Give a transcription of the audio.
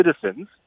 citizens